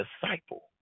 disciple